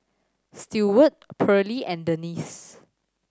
Steward Pearley and Denis